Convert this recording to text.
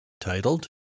titled